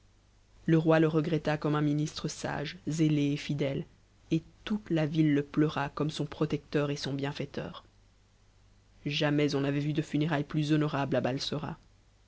le roi le regretta comme uu ministre sage zé ë t fidèle et toute la ville le pleura comme son protecteur et son menfatdamais on n'avait vu de funérailles tus honorables